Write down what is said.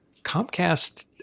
Comcast